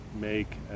make